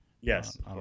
Yes